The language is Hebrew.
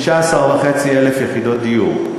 16,500 יחידות דיור.